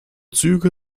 züge